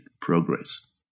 progress